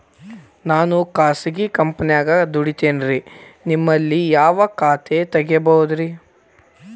ನಾನು ಖಾಸಗಿ ಕಂಪನ್ಯಾಗ ದುಡಿತೇನ್ರಿ, ನಿಮ್ಮಲ್ಲಿ ಯಾವ ಖಾತೆ ತೆಗಿಬಹುದ್ರಿ?